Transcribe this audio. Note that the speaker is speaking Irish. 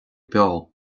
beo